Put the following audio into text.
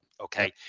okay